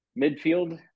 midfield